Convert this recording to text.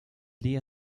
día